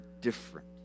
different